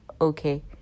okay